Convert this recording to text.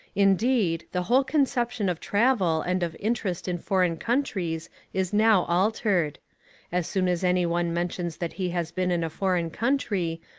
indeed, the whole conception of travel and of interest in foreign countries is now altered as soon as any one mentions that he has been in a foreign country,